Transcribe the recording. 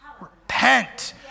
repent